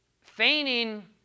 feigning